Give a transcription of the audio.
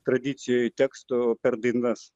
tradicijoj tekstų per dainas